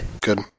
Good